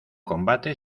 combate